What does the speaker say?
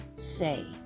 Say